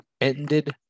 ended